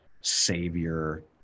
savior